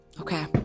Okay